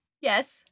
Yes